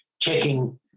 checking